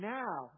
now